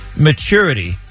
maturity